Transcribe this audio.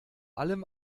allem